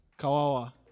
Kawawa